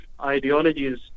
ideologies